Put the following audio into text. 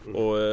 och